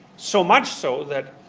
so much so that,